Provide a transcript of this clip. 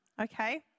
Okay